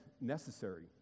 necessary